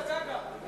גנבה להם את ההצגה.